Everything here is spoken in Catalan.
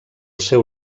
seu